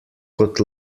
kot